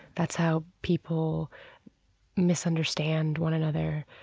that's how people misunderstand one another,